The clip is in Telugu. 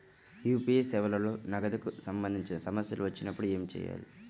యూ.పీ.ఐ సేవలలో నగదుకు సంబంధించిన సమస్యలు వచ్చినప్పుడు ఏమి చేయాలి?